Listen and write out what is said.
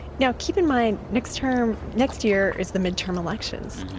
now, keep in mind next term next year is the midterm elections,